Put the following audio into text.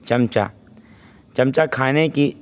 چمچہ چمچہ کھانے کی